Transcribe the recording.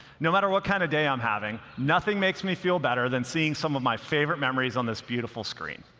no matter what kind of day i'm having, nothing makes me feel better than seeing some of my favorite memories on this beautiful screen.